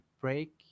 break